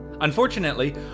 Unfortunately